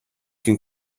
can